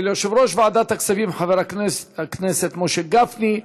של יושב-ראש ועדת הכספים, חבר הכנסת משה גפני.